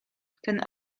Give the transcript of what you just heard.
ten